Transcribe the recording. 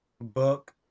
Book